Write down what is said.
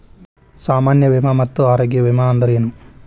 ಸಾಮಾನ್ಯ ವಿಮಾ ಮತ್ತ ಆರೋಗ್ಯ ವಿಮಾ ಅಂದ್ರೇನು?